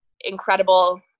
incredible